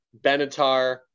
Benatar